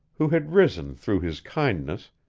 who had risen through his kindness,